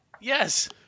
Yes